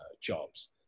jobs